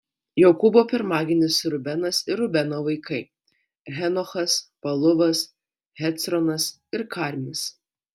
jokūbo pirmagimis rubenas ir rubeno vaikai henochas paluvas hecronas ir karmis